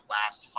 last